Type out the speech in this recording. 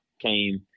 came